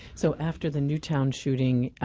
so after the newtown shooting,